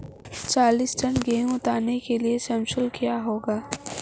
चालीस टन गेहूँ उतारने के लिए श्रम शुल्क क्या होगा?